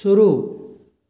शुरू